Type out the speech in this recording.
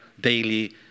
daily